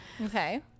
Okay